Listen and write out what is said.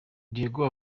diego